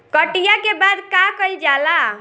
कटिया के बाद का कइल जाला?